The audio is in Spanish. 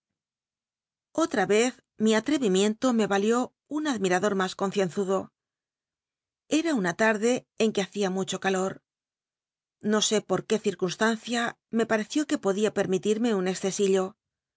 a vez mi atrevimiento me valió un adm iraotr dor mas concienzudo era una larde en que hacia mucho calor no sé por qué circunstancia me pareció que podía permitirmc un